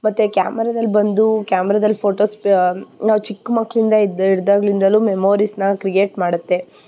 ಮತ್ತು ಕ್ಯಾಮರದಲ್ಲಿ ಬಂದು ಕ್ಯಾಮ್ರದಲ್ಲಿ ಫೋಟೋಸ್ ಪಾ ನಾವು ಚಿಕ್ಕ ಮಕ್ಕಳಿಂದ ಇದ್ದ ಇದ್ದಾಗ್ಲಿಂದಲೂ ಮೆಮೋರೀಸ್ನ ಕ್ರಿಯೇಟ್ ಮಾಡುತ್ತೆ